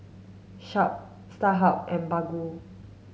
Sharp Starhub and Baggu